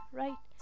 right